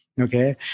Okay